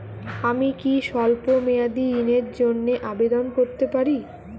আমি কি স্বল্প মেয়াদি ঋণের জন্যে আবেদন করতে পারি?